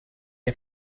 are